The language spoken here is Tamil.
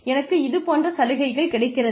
எனக்கு இது போன்ற சலுகைகள் கிடைக்கிறது